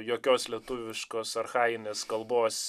jokios lietuviškos archajinės kalbos